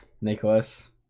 Nicholas